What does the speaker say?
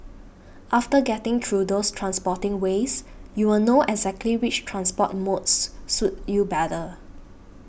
after getting through those transporting ways you'll know exactly which transport modes suit you better